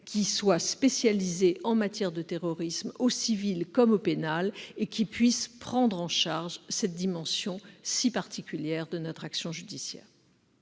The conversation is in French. qui soient spécialisés en matière de terrorisme, au civil comme au pénal, et qui puissent prendre en charge cette dimension si particulière de notre action judiciaire.